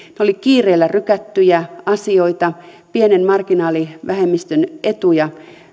olivat kiireellä rykättyjä asioita pienen marginaalivähemmistön etuja